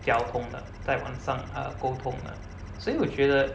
交通的 err 在网上 err 沟通的所以我觉得